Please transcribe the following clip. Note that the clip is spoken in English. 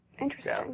Interesting